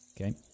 Okay